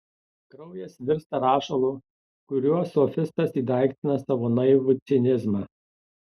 kraujas virsta rašalu kuriuo sofistas įdaiktina savo naivų cinizmą